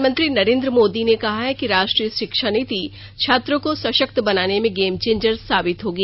प्रधानमंत्री नरेंद्र मोदी ने कहा है कि राष्ट्रीय शिक्षा नीति छात्रों को सशक्त बनाने में गेमचेंजर साबित होगी